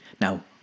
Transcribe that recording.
now